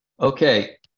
Okay